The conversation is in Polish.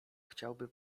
chciałby